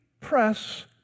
press